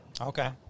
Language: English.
okay